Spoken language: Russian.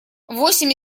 восемь